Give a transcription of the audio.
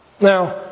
Now